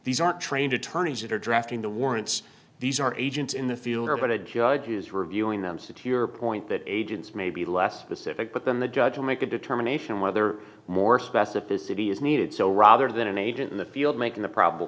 these aren't trained attorneys that are drafting the warrants these are agents in the field are but a judge is reviewing them secure point that agents may be less specific but then the judge will make a determination whether more specificity is needed so rather than an agent in the field making a probable